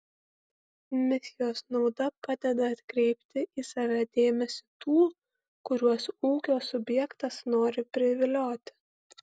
misijos nauda padeda atkreipti į save dėmesį tų kuriuos ūkio subjektas nori privilioti